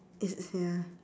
it's it's ya